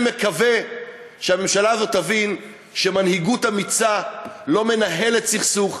אני מקווה שהממשלה הזאת תבין שמנהיגות אמיצה לא מנהלת סכסוך,